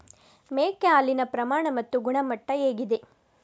ಮೇಕೆ ಹಾಲಿನ ಪ್ರಮಾಣ ಮತ್ತು ಗುಣಮಟ್ಟ ಹೇಗಿದೆ?